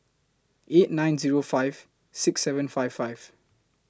eight nine Zero five six seven five five